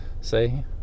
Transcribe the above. see